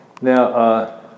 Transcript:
Now